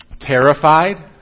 terrified